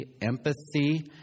empathy